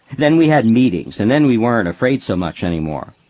then we had meetings and then we weren't afraid so much anymore.